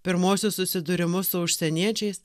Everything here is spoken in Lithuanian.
pirmuosius susidūrimus su užsieniečiais